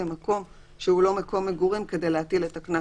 למקום שהוא לא מקום מגורים כדי להטיל את הקנס.